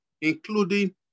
including